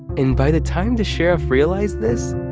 and by the time the sheriff realized this,